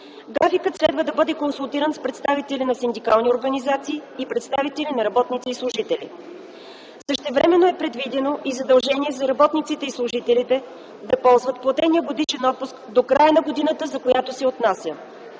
Графикът следва да бъде консултиран с представители на синдикалните организации и представителите на работниците и служителите. Същевременно е предвидено и задължение за работниците и служителите да ползват платения годишен отпуск до края на годината, за която се отнася.